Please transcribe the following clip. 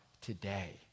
today